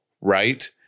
right